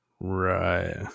right